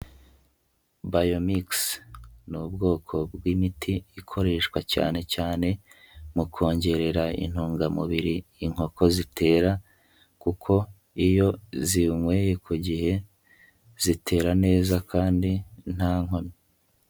Biomix ni ubwoko bw'imiti ikoreshwa cyane cyane mu kongerera intungamubiri inkoko zitera kuko iyo ziwunyweye ku gihe zitera neza kandi nta nkomyi.